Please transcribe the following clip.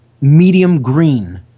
medium-green